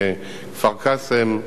כפר-קאסם,